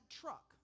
truck